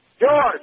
George